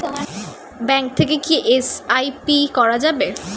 Bank থেকে কী SIP করা যাবে?